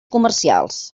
comercials